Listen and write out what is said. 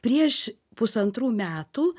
prieš pusantrų metų